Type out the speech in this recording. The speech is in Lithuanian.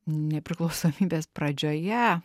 nepriklausomybės pradžioje